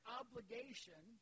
obligation